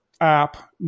app